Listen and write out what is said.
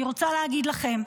אני רוצה להגיד לכם,